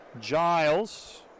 Giles